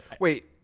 wait